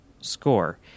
score